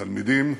תלמידים,